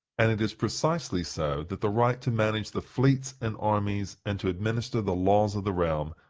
and it is precisely so that the right to manage the fleets and armies, and to administer the laws of the realm,